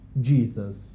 Jesus